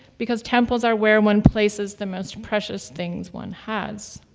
because temples are where one places the most precious things one has.